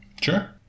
Sure